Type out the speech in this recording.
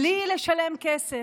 בלי לשלם כסף.